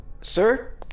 Sir